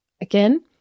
again-